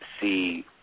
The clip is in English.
see